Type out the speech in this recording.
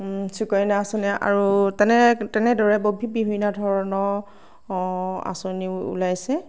সুকন্যা আচঁনি আৰু তেনে তেনেদৰে বিভিন্ন ধৰণৰ অঁ আচঁনিও ওলাইছে